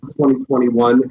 2021